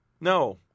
No